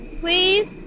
Please